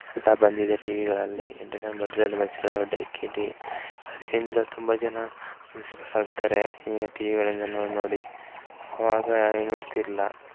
ಎಲ್ಲ ಬಂದಿದೆ ಟಿವಿಗಳಲ್ಲಿ entertainment Bharjari bachelor D K D ಅದರಿಂದ ತುಂಬ ಜನ ಇನ್ಸ್ಪೈರ್ ಆಗ್ತಾರೆ ಈಗ ಟಿವಿಗಳಿಂದಲೂ ನೋಡಿ ಅವಾಗ ಏನು ಇರ್ತಿರಲಿಲ್ಲ